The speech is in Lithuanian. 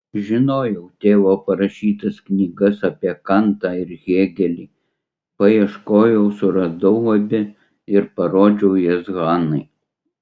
žinojau tėvo parašytas knygas apie kantą ir hėgelį paieškojau suradau abi ir parodžiau jas hanai